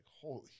Holy